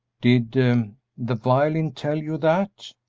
did the violin tell you that?